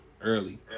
early